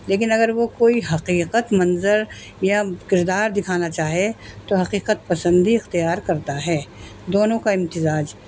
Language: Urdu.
لیکن اگر وہ کوئی حقیقت منظر یا کردار دکھانا چاہے تو حقیقت پسندی اختیار کرتا ہے دونوں کا امتزاج